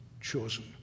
chosen